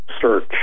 search